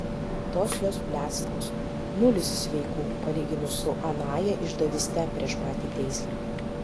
tos jos bliadstvos nulis sveikų palyginus su anąja išdavyste prieš patį teismą